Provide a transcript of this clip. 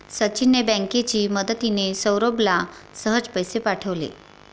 सचिनने बँकेची मदतिने, सौरभला सहज पैसे पाठवले